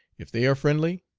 if they are friendly,